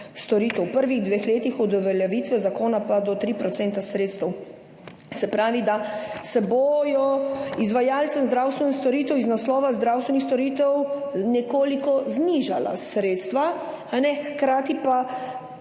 prvih dveh letih od uveljavitve zakona pa do 3 % sredstev. Se pravi, da se bojo izvajalcem zdravstvenih storitev iz naslova zdravstvenih storitev nekoliko znižala sredstva, hkrati pa